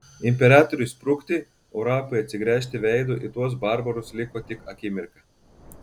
imperatoriui sprukti o rapui atsigręžti veidu į tuos barbarus liko tik akimirka